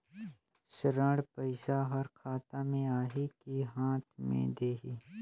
ऋण पइसा हर खाता मे आही की हाथ मे देही?